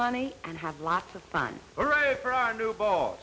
money and have lots of fun for our new ball